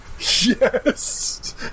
Yes